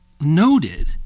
noted